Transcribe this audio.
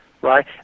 right